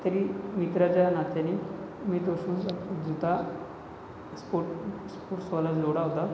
तरी मित्राच्या नात्याने मी तो सूज जूता स्पोट स्पोट्सवाला जोडा होता